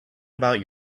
about